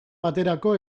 baterako